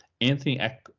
Anthony